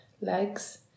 legs